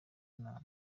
nama